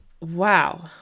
wow